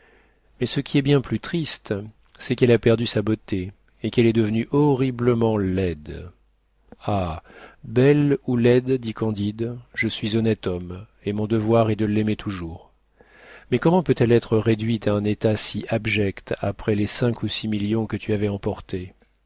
mais ce qui est bien plus triste c'est qu'elle a perdu sa beauté et qu'elle est devenue horriblement laide ah belle ou laide dit candide je suis honnête homme et mon devoir est de l'aimer toujours mais comment peut-elle être réduite à un état si abject avec les cinq ou six millions que tu avais emportés